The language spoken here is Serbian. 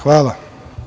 Hvala.